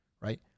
right